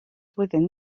within